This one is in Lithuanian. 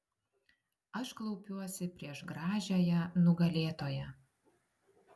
aš klaupiuosi prieš gražiąją nugalėtoją